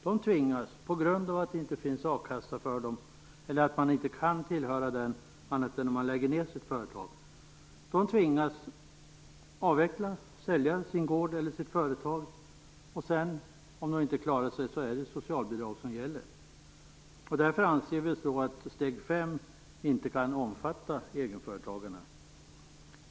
De tvingas, på grund av att det inte finns a-kassa för dem eller att de inte kan tillhöra den annat än om de lägger ned sitt företag, avveckla eller sälja sin gård eller sitt företag, och om de inte klarar sig är det socialbidrag som gäller. Vi anser därför att steg 5 inte kan omfatta egenföretagarna.